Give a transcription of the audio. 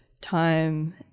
time